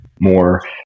more